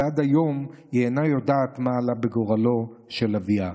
ועד היום היא אינה יודעת מה עלה בגורלו של אביה.